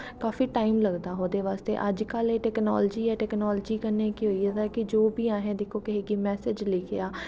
काफी टायम लगदा हा ओह्दे बास्तै अज्ज कल टैकनॉलजी ऐ टैकनॉलजी कन्नैं केह् होई गेदा कि जो बी दिक्खो असें कुसै गी मैसज़ लिखेआ